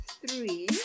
three